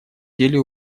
деле